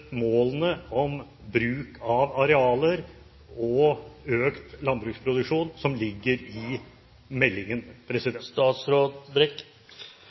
målene om bruk av arealer og økt landbruksproduksjon som ligger i meldingen?